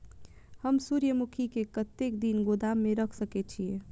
हम सूर्यमुखी के कतेक दिन गोदाम में रख सके छिए?